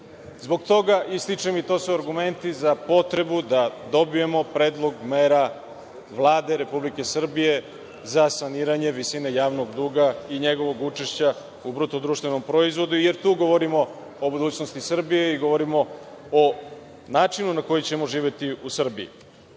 Zbog toga stičem, a i to su argumenti za potrebu da dobijemo predlog mera Vlade Republike Srbije za saniranje visine javnog duga i njegovog učešća u BDP, jer tu govorimo o budućnosti Srbije i govorimo o načinu na koji ćemo živeti u Srbiji. Mislim